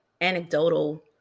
anecdotal